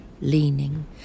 leaning